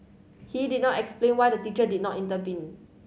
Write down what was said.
he did not explain why the teacher did not intervene